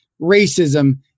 racism